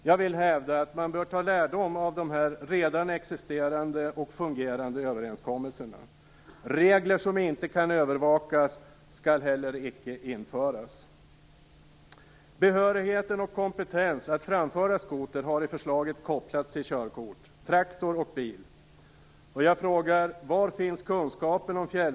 Jag vill hävda att man bör ta lärdom av dessa redan existerande och fungerande överenskommelser. Regler som inte kan övervakas skall heller icke införas. Behörighet och kompetens att framföra skoter har i förslaget kopplats till körkort för traktor eller bil.